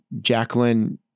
Jacqueline